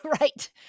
Right